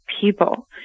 people